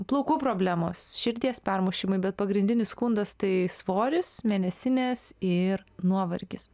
plaukų problemos širdies permušimai bet pagrindinis skundas tai svoris mėnesinės ir nuovargis